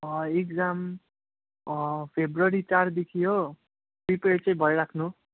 exam फरवरी चारदेखि हो प्रिपेर चाहिँ भइराख्नु